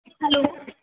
hello